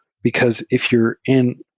because if you're in